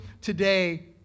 today